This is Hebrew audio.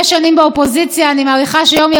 אני מעריכה שיום יבוא והיא תגיע לקואליציה,